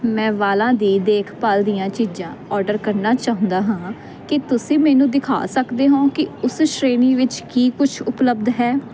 ਮੈਂ ਵਾਲਾਂ ਦੀ ਦੇਖਭਾਲ ਦੀਆਂ ਚੀਜ਼ਾਂ ਓਰਡਰ ਕਰਨਾ ਚਾਹੁੰਦਾ ਹਾਂ ਕੀ ਤੁਸੀਂ ਮੈਨੂੰ ਦਿਖਾ ਸਕਦੇ ਹੋ ਕਿ ਉਸ ਸ਼੍ਰੇਣੀ ਵਿੱਚ ਕੀ ਕੁਛ ਉਪਲੱਬਧ ਹੈ